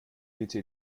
bitte